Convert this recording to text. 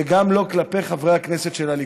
וגם לא כלפי חברי הכנסת של הליכוד.